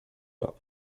pas